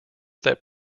that